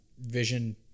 vision